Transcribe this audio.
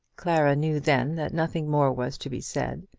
clara knew then that nothing more was to be said,